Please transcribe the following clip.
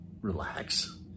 relax